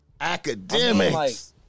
Academics